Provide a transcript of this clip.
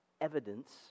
evidence